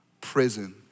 prison